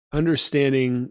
understanding